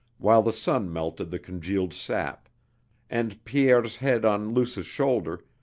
while the sun melted the congealed sap and, pierre's head on luce's shoulder,